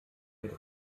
mit